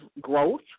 growth